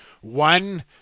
one